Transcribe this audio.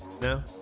No